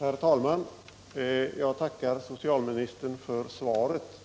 Herr talman! Jag tackar socialministern för svaret.